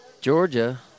Georgia